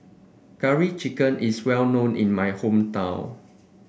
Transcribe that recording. Curry Chicken is well known in my hometown